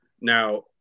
Now